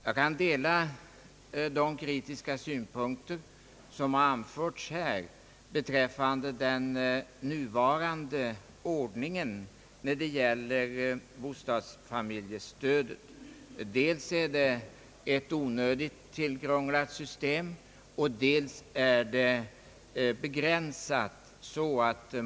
Jag kan dela de kritiska synpunkter som här har anförts beträffande den nuvarande ordningen när det gäller familjebostadsstödet. Dels är det ett onödigt tillkrånglat system, och dels är det begränsat så att.